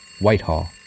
Whitehall